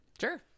Sure